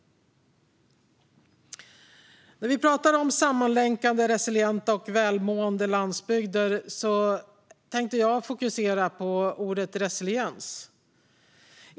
När vi pratar om sammanlänkade, resilienta och välmående landsbygder tänker jag fokusera på resiliens.